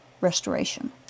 restoration